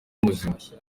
muzima